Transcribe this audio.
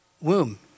womb